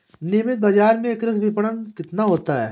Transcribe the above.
नियमित बाज़ार में कृषि विपणन कितना होता है?